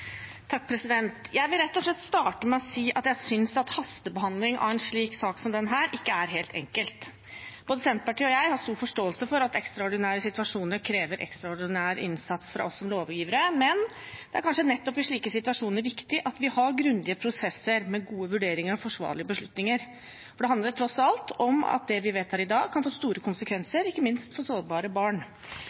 Jeg vil rett og slett starte med å si at jeg synes at hastebehandling av en sak som dette ikke er helt enkelt. Både Senterpartiet og jeg har stor forståelse for at ekstraordinære situasjoner krever ekstraordinær innsats fra oss som lovgivere, men det er kanskje nettopp i slike situasjoner viktig at vi har grundige prosesser, med gode vurderinger og forsvarlige beslutninger. For det handler tross alt om at det vi vedtar i dag, kan få store konsekvenser, ikke minst for sårbare barn.